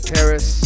Paris